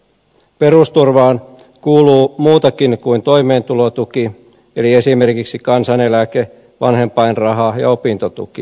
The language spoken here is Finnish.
perusturvaan kuuluu muutakin kuin toimeentulotuki eli esimerkiksi kansaneläke vanhempainraha ja opintotuki